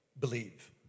believe